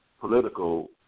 political